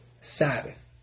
Sabbath